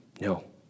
No